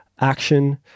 action